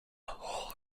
whole